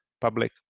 public